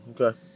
Okay